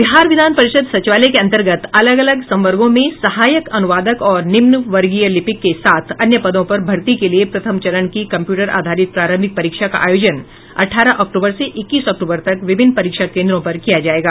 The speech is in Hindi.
बिहार विधान परिषद सचिवालय के अंतर्गत अलग अलग संवर्गों में सहायक अनुवादक और निम्न वर्गीय लिपिक के साथ अन्य पदों पर भर्ती के लिए प्रथम चरण की कम्प्यूटर आधारित प्रारंभिक परीक्षा का आयोजन अठारह अक्टूबर से इक्कीस अक्टूबर तक विभिन्न परीक्षा केन्द्रों पर किया जाएगा